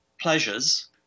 pleasures